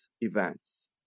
events